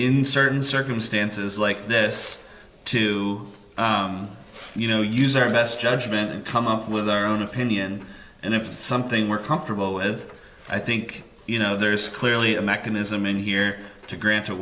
in certain circumstances like this to you know use our best judgment and come up with our own opinion and if it's something we're comfortable with i think you know there's clearly a mechanism in here to grant